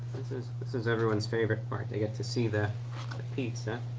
this is everyone's favorite part. they get to see the pizza.